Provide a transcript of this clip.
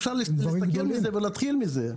אפשר להסתכל על זה ולהתחיל בזה.